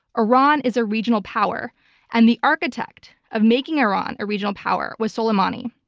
iran is a regional power and the architect of making iran a regional power was soleimani.